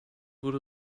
wurde